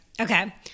Okay